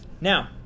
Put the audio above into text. now